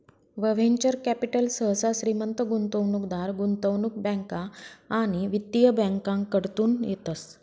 venture capital सहसा श्रीमंत गुंतवणूकदार, गुंतवणूक बँका आणि वित्तीय बँकाकडतून येतस